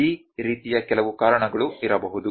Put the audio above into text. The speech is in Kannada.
ಈ ರೀತಿಯ ಕೆಲವು ಕಾರಣಗಳು ಇರಬಹುದು